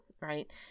right